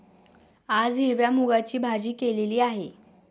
आज हिरव्या मूगाची भाजी केलेली आहे